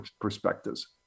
perspectives